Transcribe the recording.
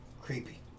creepy